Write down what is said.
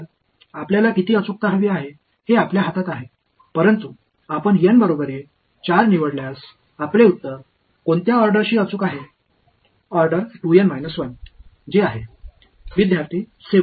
நீங்கள் எவ்வளவு துல்லியத்தை விரும்புகிறீர்கள் என்பது உங்கள் கையில் உள்ளது ஆனால் நீங்கள் N க்கு சமமாக 4 ஐத் தேர்ந்தெடுக்கும்போது உங்கள் பதில் எந்த வரிசையில் துல்லியமானது